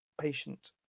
patient